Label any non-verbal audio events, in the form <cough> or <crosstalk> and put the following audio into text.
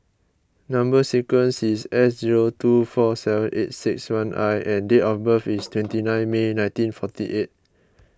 Number Sequence is S zero two four seven eight six one I and date of birth is <noise> twenty nine May nineteen forty eight